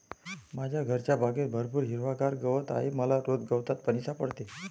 माझ्या घरच्या बागेत भरपूर हिरवागार गवत आहे मला रोज गवतात पाणी सापडते